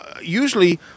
usually